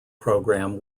program